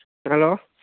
hello